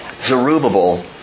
Zerubbabel